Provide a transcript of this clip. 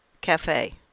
Cafe